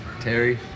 Terry